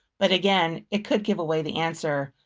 but again, it could give away the answer.